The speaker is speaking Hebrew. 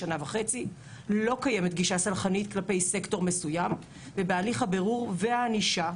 לא קיימת גישה סלחנית כלפי סקטור מסוים ובהליך הבירור והענישה.